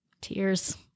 tears